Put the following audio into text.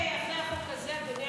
גם אחרי החוק הזה, אדוני